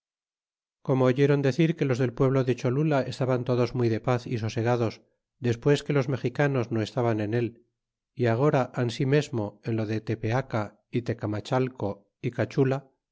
como oyeron decir que los del pueblo de cho lula estaban todos muy de paz y sosegados despues que los mexicanos no eslaban en el y agora ansi mesmo en lo de tepeaca y tecamachale y cachula